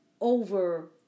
over